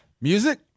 Music